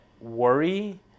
worry